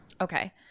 Okay